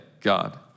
God